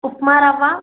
ఉప్మా రవ్వ